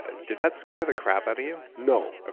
did that scare the crap out of you? no. ah